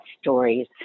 stories